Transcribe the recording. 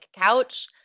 couch